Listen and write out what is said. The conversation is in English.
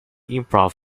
improv